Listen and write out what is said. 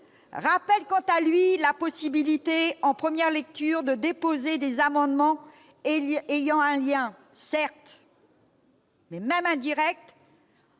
rappelle, quant à lui, la possibilité, en première lecture, de déposer des amendements ayant un lien, certes, mais même indirect-